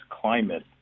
climate